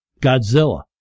Godzilla